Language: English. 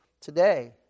today